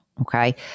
Okay